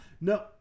no